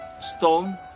stone